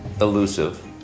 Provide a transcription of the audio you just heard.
elusive